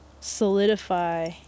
solidify